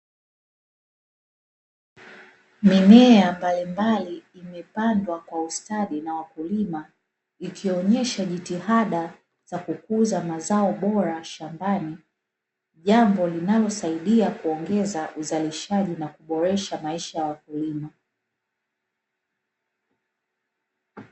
Mimea mbalimbali imepandwa kwa ustadi na wakulima yakionesha jitihada za kukuza mazao bora shambani, jambo linalosaida kukuza uzalishaji na kuboresha maisha ya wakulima.